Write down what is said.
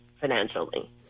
financially